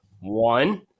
One